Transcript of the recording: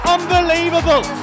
Unbelievable